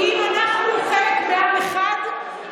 כי אם אנחנו חלק מעם אחד,